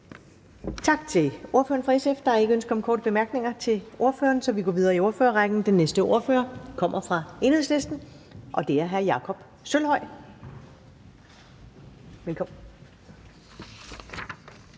Tak til ordføreren for SF. Der er ikke ønske om korte bemærkninger til ordføreren, så vi går videre i ordførerrækken. Den næste ordfører kommer fra Enhedslisten, og det er hr. Jakob Sølvhøj. Velkommen.